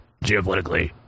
geopolitically